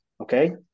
Okay